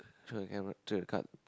turn the camera to the card